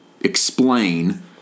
explain